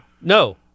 No